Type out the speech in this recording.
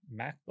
MacBook